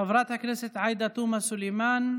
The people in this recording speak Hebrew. חברת הכנסת עאידה תומא סלימאן,